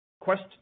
Quest